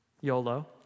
YOLO